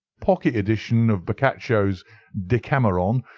pocket edition of boccaccio's decameron,